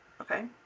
Okay